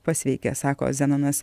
pasveikęs sako zenonas